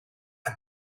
and